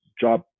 job